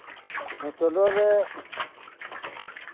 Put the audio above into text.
ᱱᱚᱣᱟ ᱪᱚᱰᱚᱨ ᱨᱮ